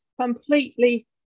completely